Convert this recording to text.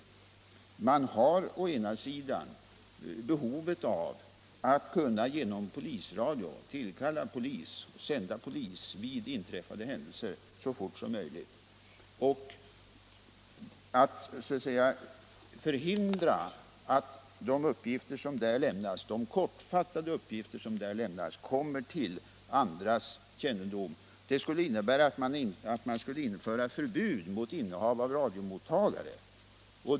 Om skydd för den enskildes integritet vid avlyssnande av polisens kommunikationsradio Om skydd för den enskildes integritet vid avlyssnande av polisens kommunikationsradio Man har ett behov av att genom polisradion kunna tillkalla polis så” fort som möjligt vid inträffade händelser. Att förhindra att de kortfattade uppgifter som där lämnas kommer till andras kännedom skulle innebära att man införde förbud mot innehav av radiomottagare.